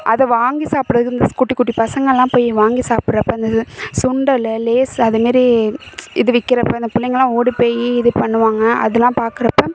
அதை வாங்கி சாப்பிட்றது இந்த குட்டி குட்டி பசங்கள்லாம் போய் வாங்கி சாப்பிட்றப்ப அந்த இது சுண்டல் லேசு அதுமாரி இது விற்கிறப்ப இந்த பிள்ளைங்கலாம் ஓடி போய் இது பண்ணுவாங்க அதலாம் பார்க்குறப்ப